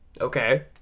Okay